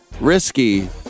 risky